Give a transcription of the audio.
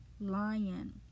lion